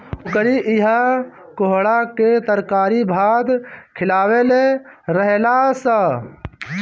ओकरी इहा कोहड़ा के तरकारी भात खिअवले रहलअ सअ